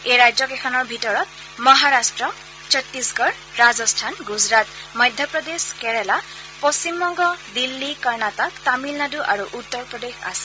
এই ৰাজ্যকেইখনৰ ভিতৰত মহাৰাট্ট ছত্তিশগড় ৰাজস্থান গুজৰাট মধ্য প্ৰদেশ কেৰালা পশ্চিমবঙ্গ দিল্লী কৰ্ণাটক তামিলনাডু আৰু উত্তৰ প্ৰদেশ আছে